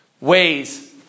ways